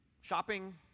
shopping